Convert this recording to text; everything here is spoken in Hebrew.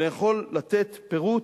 אני יכול לתת פירוט,